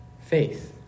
faith